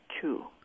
two